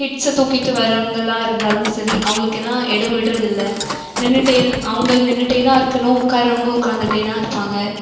கிட்ஸை தூக்கிகிட்டு வர்றவங்களா இருந்தாலும் சரி அவங்களுக்கெல்லா இடம் விடுறதில்ல நின்னுகிட்டே தான் அவங்க நின்னுகிட்டே தான் இருக்கணும் உட்கார்றவங்க உட்கார்ந்துகிட்டே தான் இருப்பாங்க